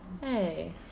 Hey